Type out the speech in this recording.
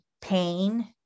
pain